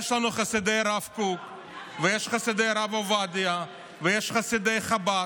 יש את חסידי הרב עובדיה, יש את חסידי חב"ד,